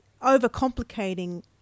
overcomplicating